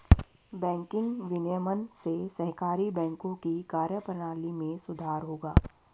banking विनियमन से सहकारी बैंकों की कार्यप्रणाली में सुधार होगा